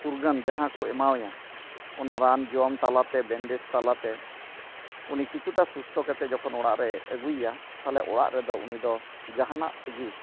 ᱢᱩᱨᱜᱟᱹᱱ ᱡᱟᱦᱟᱸᱠᱚ ᱮᱢᱟᱣᱟᱭᱟ ᱚᱱᱟ ᱨᱟᱱ ᱡᱚᱢ ᱛᱟᱞᱟᱛᱮ ᱵᱮᱱᱰᱮᱹᱡᱽ ᱛᱟᱞᱟᱛᱮ ᱩᱱᱤ ᱠᱤᱪᱷᱩᱴᱟ ᱥᱩᱥᱛᱚ ᱠᱟᱛᱮᱫ ᱡᱚᱠᱷᱚᱱ ᱚᱲᱟᱜᱨᱮ ᱟᱹᱜᱩᱭᱮᱭᱟ ᱛᱟᱦᱞᱮ ᱚᱲᱟᱜᱨᱮᱫᱚ ᱩᱱᱤᱫᱚ ᱡᱟᱦᱟᱱᱟᱜ ᱛᱮᱜᱮ